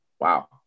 wow